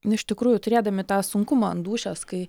iš tikrųjų turėdami tą sunkumą ant dūšios kai